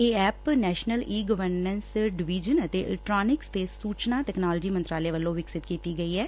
ਇਹ app national e governance division ਅਤੇ electronics ਤੇ ਸੂਚਨਾ ਤਕਨਾਲੋਜੀ ਮੰਤਰਾਲੇ ਵੱਲੋ ਵਿਕਸਿਤ ਕੀਡੀ ਗਈ ਐ